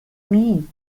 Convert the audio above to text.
mean